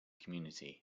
community